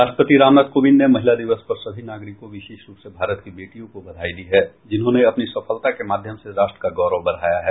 राष्ट्रपति रामनाथ कोविंद ने महिला दिवस पर सभी नागरिकों विशेष रूप से भारत की बेटियों को बधाई दी है जिन्होंने अपनी सफलता के माध्यम से राष्ट्र का गौरव बढ़ाया है